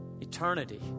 Eternity